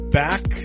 back